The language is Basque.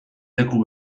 leku